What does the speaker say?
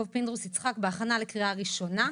פינדרוס יצחק בהכנה לקריאה ראשונה,